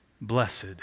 Blessed